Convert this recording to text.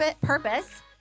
purpose